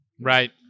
Right